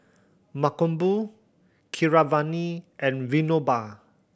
Mankombu Keeravani and Vinoba